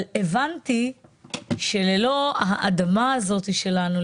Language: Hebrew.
אבל הבנתי שללא האדמה הזאת שלנו,